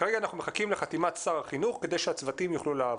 כרגע אנחנו מחכים לחתימת שר החינוך כדי שהצוותים יוכלו לעבוד.